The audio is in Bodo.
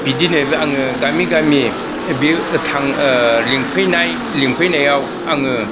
बिदिनो आङो गामि गामि बे लिंफैनाय लिंफैनायाव आङो